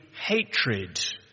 hatred